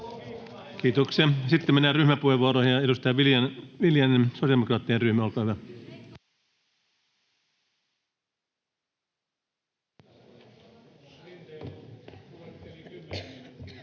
Kiitoksia. — Sitten mennään ryhmäpuheenvuoroihin. — Edustaja Viljanen, sosiaalidemokraattien ryhmä, olkaa hyvä. [Speech